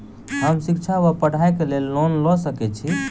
हम शिक्षा वा पढ़ाई केँ लेल लोन लऽ सकै छी?